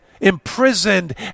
imprisoned